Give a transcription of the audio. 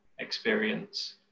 experience